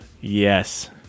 yes